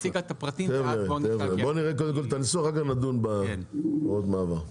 בוא נראה את הניסוח ואחרי זה נדון בהוראות המעבר.